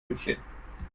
münchen